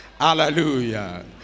Hallelujah